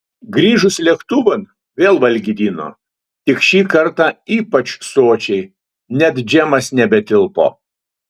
grįžus lėktuvan vėl valgydino tik šį kartą ypač sočiai net džemas nebetilpo